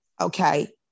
okay